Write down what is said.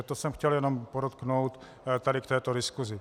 To jsem chtěl jenom podotknout tady k této diskusi.